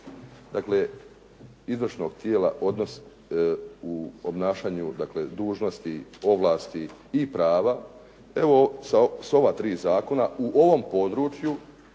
dakle izvršnog tijela odnos u obnašanju dakle dužnosti, ovlasti i prava. Evo sa ova tri zakona u ovom području